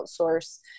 outsource